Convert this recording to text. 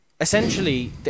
essentially